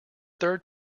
third